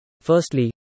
Firstly